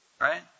right